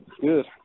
Good